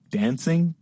dancing